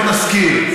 בואו נזכיר.